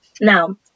Now